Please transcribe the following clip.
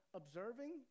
observing